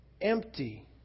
empty